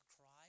cry